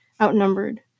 outnumbered